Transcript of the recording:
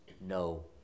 no